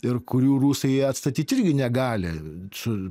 ir kurių rusai atstatyt irgi negali su